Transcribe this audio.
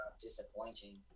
Disappointing